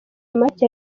make